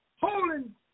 holding